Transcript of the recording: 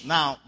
Now